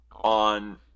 on